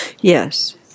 Yes